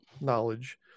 knowledge